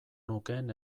nukeen